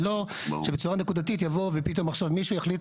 ולא שבצורה נקודתית יבוא ופתאום מישהו יחליט